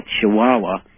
chihuahua